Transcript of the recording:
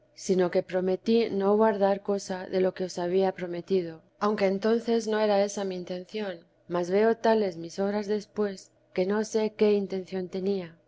sino que prometí no guardar cosa de lo que os había prometido aunque entonces no era esa mi intención mas veo tales mis obras después que no sé qué intención tenía